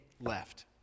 left